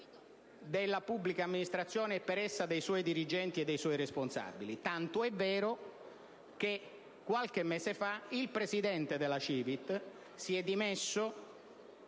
della pubblica amministrazione e, per essa, dei suoi dirigenti e dei suoi responsabili. Ciò è tanto vero che, qualche mese fa, il presidente della CiVIT si è dimesso,